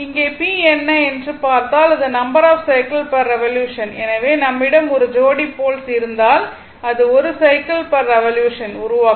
இங்கே p என்ன என்று பார்த்தால் அது number of cycle per revolution எனவே நம்மிடம் 1 ஜோடி போல்ஸ் இருந்தால் அது 1 சைக்கிள் பெர் ரெவலூஷன் ஐ உருவாக்கும்